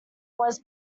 was